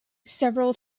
several